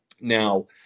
Now